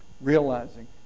realizing